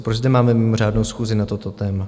Proč zde máme mimořádnou schůzi na toto téma?